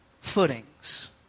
footings